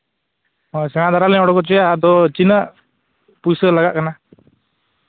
ᱦᱳᱭ ᱥᱮᱬᱟ ᱫᱷᱟᱨᱟ ᱞᱤᱧ ᱩᱰᱩᱠ ᱦᱚᱪᱚᱭᱟ ᱟᱫᱚ ᱛᱤᱱᱟᱹᱜ ᱯᱩᱭᱥᱟᱹ ᱞᱟᱜᱟᱜ ᱠᱟᱱᱟ